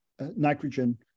nitrogen